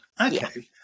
okay